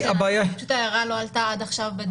פשוט ההערה לא עלתה עד עכשיו בדיונים.